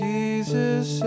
Jesus